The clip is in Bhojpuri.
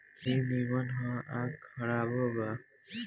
ई निमन ह आ खराबो बा